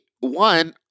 one